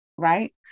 right